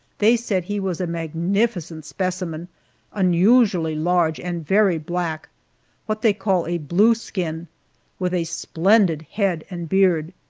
they said he was a magnificent specimen unusually large, and very black what they call a blue skin with a splendid head and beard.